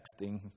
texting